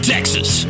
Texas